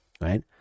right